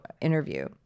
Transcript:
interview